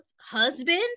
husband